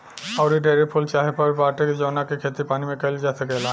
आऊरी ढेरे फूल चाहे फल बाटे जावना के खेती पानी में काईल जा सकेला